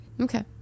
Okay